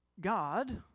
God